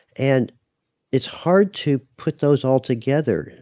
and it's hard to put those all together.